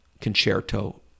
concerto